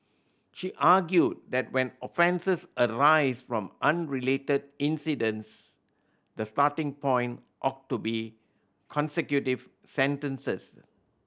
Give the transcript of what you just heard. she argued that when offences arise from unrelated incidents the starting point ought to be consecutive sentences